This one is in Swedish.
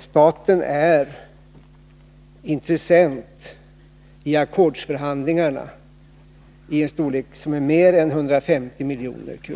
Staten är intressent i ackordsförhandlingarna. Det är fråga om ett belopp på mer än 150 milj.kr.